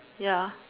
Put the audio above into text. ya